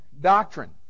doctrine